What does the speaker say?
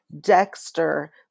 Dexter